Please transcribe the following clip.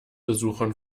besuchern